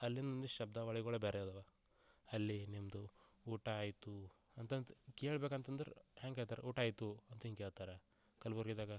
ಅಲ್ಲಿಂದ ಶಬ್ದಾವಳಿಗಳೇ ಬೇರೆ ಅದಾವು ಅಲ್ಲಿ ನಿಮ್ದು ಊಟ ಆಯಿತು ಅಂತಂತ ಕೇಳ್ಬೇಕಂತಂದ್ರೆ ಹೆಂಗದರ ಊಟ ಆಯಿತು ಅಂತ ಹಿಂಗೆ ಕೇಳ್ತಾರೆ ಕಲ್ಬುರ್ಗಿದಾಗ